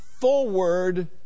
forward